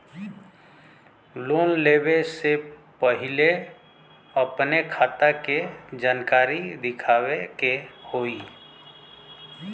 Loan लेवे से पहिले अपने खाता के जानकारी दिखावे के होई?